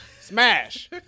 Smash